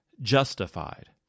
justified